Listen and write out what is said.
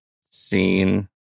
seen